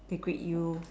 they greet you